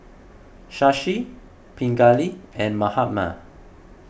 Shashi Pingali and Mahatma